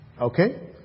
Okay